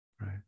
right